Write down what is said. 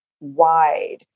wide